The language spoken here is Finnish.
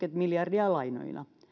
miljardia lainoina